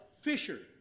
Fisher